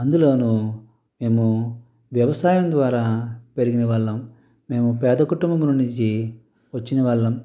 అందులోను మేము వ్యవసాయం ద్వారా పెరిగిన వాళ్ళం మేము పేద కుటుంబంలో నుంచి వచ్చిన వాళ్ళం